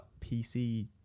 pc